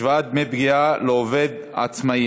השוואת דמי פגיעה לעובד עצמאי),